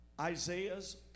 Isaiah's